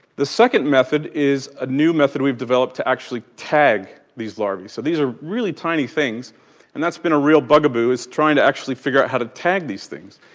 the second method is a new method we've developed to actually tag these larvae, so these are really tiny things and that's been a real bugaboo to try and actually figure out how to tag these things.